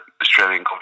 Australian